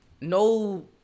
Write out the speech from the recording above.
no